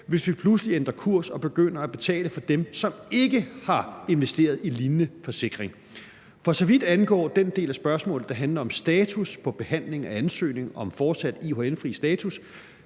hvis vi pludselig ændrer kurs og begynder at betale for dem, som ikke har investeret i lignende forsikring. For så vidt angår den del af spørgsmålet, der handler om status på behandlingen af ansøgning om fortsat IHN-fri status,